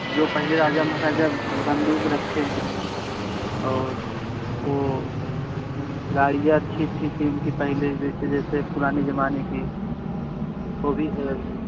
जो पहले राजा महाराजा बंदूक़ रखे हैं और वह गाड़ियाँ अच्छी अच्छी थी उनकी पहले जैसे जैसे पुराने ज़माने की वह भी है अभी